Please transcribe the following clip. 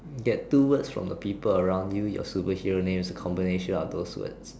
get two words from the people around you your superhero name is combination of those words